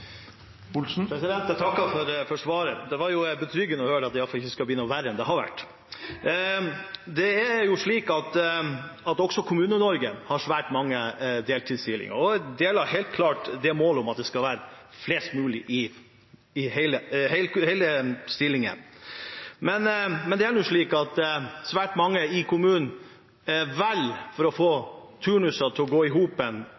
Jeg takker for svaret. Det var betryggende å høre at det i alle fall ikke skal bli noe verre enn det har vært. Også Kommune-Norge har svært mange deltidsstillinger. Jeg deler helt klart målet om at det skal være flest mulig i hele stillinger, men det er nå slik at svært mange i kommunene velger å ha folk i deltidsstillinger for å få turnuser til å gå i